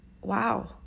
Wow